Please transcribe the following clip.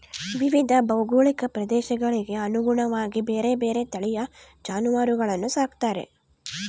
ವಿವಿಧ ಭೌಗೋಳಿಕ ಪ್ರದೇಶಗಳಿಗೆ ಅನುಗುಣವಾಗಿ ಬೇರೆ ಬೇರೆ ತಳಿಯ ಜಾನುವಾರುಗಳನ್ನು ಸಾಕ್ತಾರೆ